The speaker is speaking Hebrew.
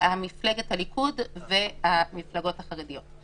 הליכוד והמפלגות החרדיות.